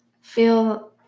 Feel